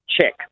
check